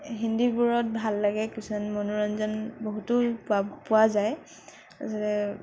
হিন্দীবোৰত ভাল লাগে কিছুমান মনোৰঞ্জন বহুতো পোৱা পোৱা যায় যে